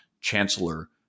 chancellor